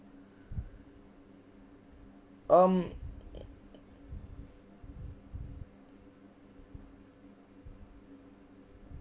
um